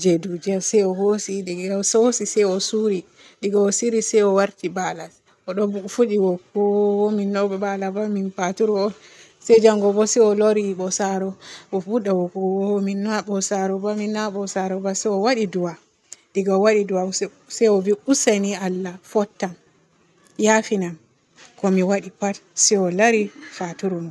je dujjel se o hoosi diga o hoosi se o suuri. Diga o suuri se o waarti baala o ɗo fuɗɗi wookugo min nami baala ba min faturu on se janngo bo se o loori boosaru o fudda wookugo min na boosaru ba min na boosaru ba se o waaɗi du'a. diga o waaɗi du'a bo se-se o vi useni Allah fottam, yafinam, ko mi waaɗi pat se o laari faturu mon.